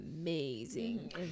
amazing